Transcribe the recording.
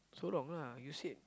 so long lah you said